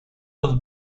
los